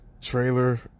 trailer